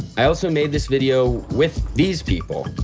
i also made this video with these people,